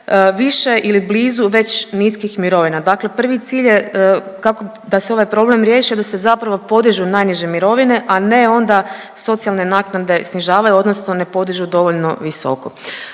više ili blizu već niskih mirovina, dakle prvi cilj je kako da se ovaj problem riješi, da se zapravo podižu najniže mirovine, a ne onda socijalne naknade snižavaju odnosno ne podižu dovoljno visoko.